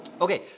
Okay